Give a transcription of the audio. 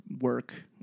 work